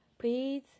please